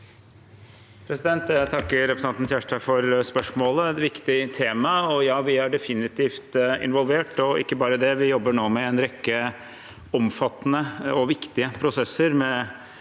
Jeg takker re- presentanten Kjerstad for spørsmålet. Det er et viktig tema, og ja, vi er definitivt involvert. Ikke bare det: Vi jobber nå med en rekke omfattende og viktige prosesser,